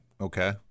Okay